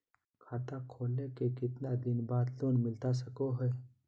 खाता खोले के कितना दिन बाद लोन मिलता सको है?